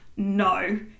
no